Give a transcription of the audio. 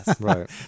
Right